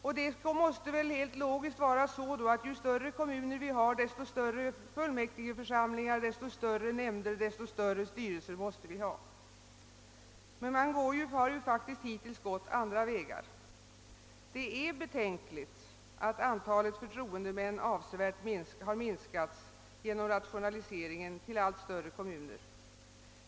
Den logiska följden av detta måste vara, att ju större kommuner vi har, desto större fullmäktigeförsamlingar, desto större nämnder och desto större styrelser måste vi ha, men man har faktiskt hittills gått den andra vägen. Det är betänkligt att antalet förtroendemän har avsevärt minskat genom rationaliseringen till allt större kommuner.